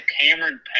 Cameron